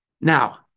Now